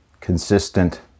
consistent